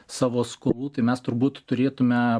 savo skolų tai mes turbūt turėtume